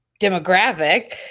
demographic